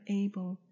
able